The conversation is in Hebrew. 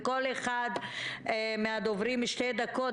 לכל אחד מהדוברים שתי דקות,